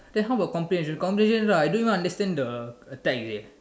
then how about comprehension comprehension ah I don't even understand the text eh